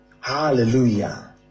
Hallelujah